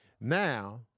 Now